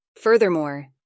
Furthermore